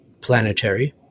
planetary